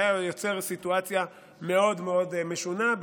זה היה יוצר סיטואציה מאוד מאוד משונה,